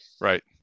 right